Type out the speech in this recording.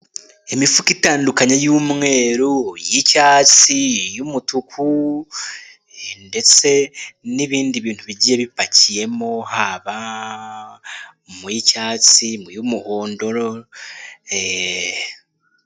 Imifuka itandukanye y'umweru, y'icyatsi, y'umutuku ndetse n'ibindi bintu bigiye bipakiyemo haba mu y'icyatsi y'umuhondo.